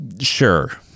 Sure